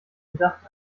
bedacht